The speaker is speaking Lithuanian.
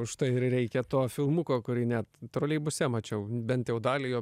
užtai ir reikia to filmuko kurį net troleibuse mačiau bent dalį jo